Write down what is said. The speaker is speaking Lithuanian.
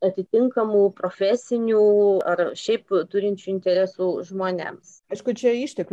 atitinkamų profesijų ar šiaip turinčių interesų žmonėms aišku čia išteklių